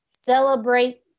celebrate